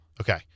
Okay